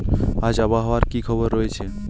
আজ আবহাওয়ার কি খবর রয়েছে?